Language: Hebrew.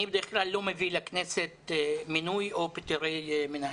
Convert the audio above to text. אני בדרך כלל לא מביא לכנסת מינוי או פיטורי מנהלים,